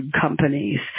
companies